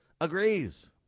agrees